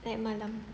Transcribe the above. like malam